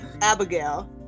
abigail